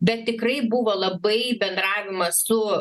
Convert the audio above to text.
bet tikrai buvo labai bendravimas su